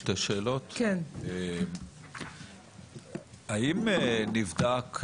האם נבדק,